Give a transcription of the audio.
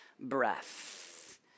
breath